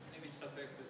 אני מסתפק בזה.